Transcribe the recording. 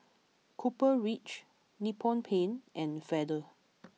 Copper Ridge Nippon Paint and Feather